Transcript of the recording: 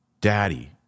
Daddy